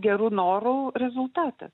gerų norų rezultatas